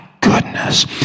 goodness